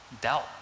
doubt